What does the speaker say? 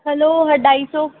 हलो अढाई सौ